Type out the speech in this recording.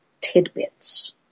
tidbits